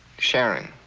sharing.